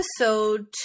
episode